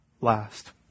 last